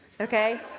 okay